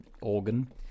organ